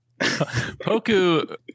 Poku